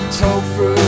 tofu